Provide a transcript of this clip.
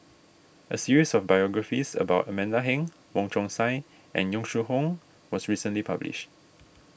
a series of biographies about Amanda Heng Wong Chong Sai and Yong Shu Hoong was recently published